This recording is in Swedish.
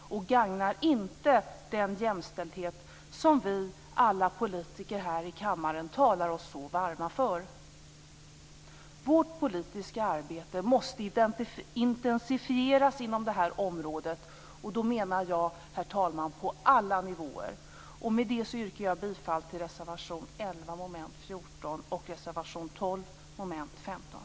Detta gagnar inte den jämställdhet som vi alla politiker här i kammaren talar oss så varma för. Vårt politiska arbete måste intensifieras inom det här området. Och då menar jag på alla nivåer, herr talman. Med det yrkar jag bifall till reservation 11 under mom. 14 och reservation 12 under mom. 15.